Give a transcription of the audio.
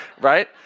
Right